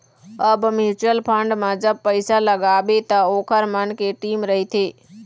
अब mutual fund म जब पइसा लगाबे त ओखर मन के टीम रहिथे